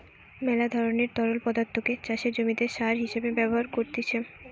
মেলা ধরণের তরল পদার্থকে চাষের জমিতে সার হিসেবে ব্যবহার করতিছে